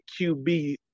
QB